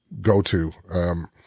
go-to